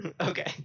okay